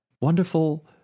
wonderful